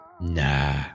nah